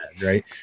Right